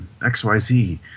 XYZ